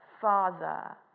father